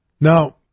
Now